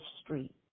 street